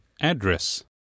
address